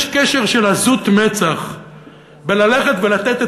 יש קשר של עזות מצח בללכת ולתת את